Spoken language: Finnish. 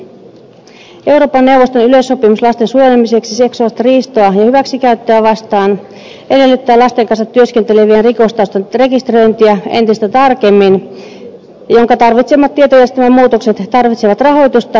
euroopan neuvoston yleissopimus lasten suojelemiseksi seksuaalista riistoa ja hyväksikäyttöä vastaan edellyttää lasten kanssa työskentelevien rikostaustan rekisteröintiä entistä tarkemmin ja sen tarvitsemat tietojärjestelmän muutokset tarvitsevat rahoitusta